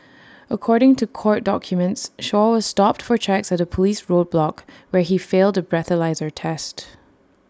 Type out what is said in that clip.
according to court documents Shaw was stopped for checks at A Police roadblock where he failed A breathalyser test